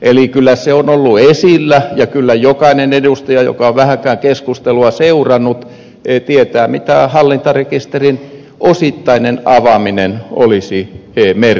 eli kyllä se on ollut esillä ja kyllä jokainen edustaja joka on vähänkään keskustelua seurannut tietää mitä hallintarekisterin osittainen avaaminen olisi merkinnyt